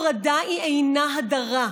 הפרדה אינה הדרה.